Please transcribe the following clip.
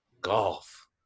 golf